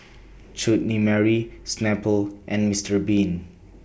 Chutney Mary Snapple and Mister Bean